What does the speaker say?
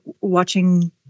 watching